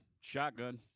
shotgun